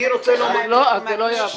אז זה לא יעבור.